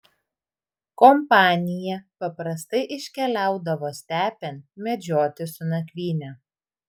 kompanija paprastai iškeliaudavo stepėn medžioti su nakvyne